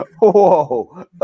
whoa